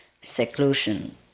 seclusion